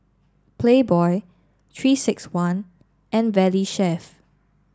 Playboy three six one and Valley Chef